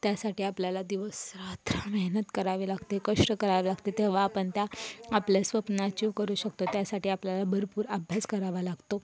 त्यासाठी आपल्याला दिवस रात्र मेहनत करावी लागते कष्ट करावे लागते तेव्हा आपण त्या आपल्या स्वप्न अचीव करू शकतो त्यासाठी आपल्याला भरपूर अभ्यास करावा लागतो